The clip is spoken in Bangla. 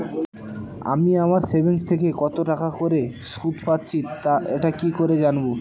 আমি আমার সেভিংস থেকে কতটাকা করে সুদ পাচ্ছি এটা কি করে জানব?